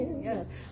yes